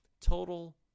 total